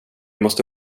måste